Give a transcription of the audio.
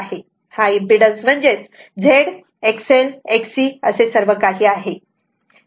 हा इम्पीडन्स म्हणजे Z XL XC असे सर्व काही आहे